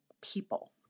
people